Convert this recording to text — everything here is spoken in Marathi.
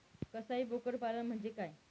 कसाई बोकड पालन म्हणजे काय?